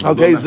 Okay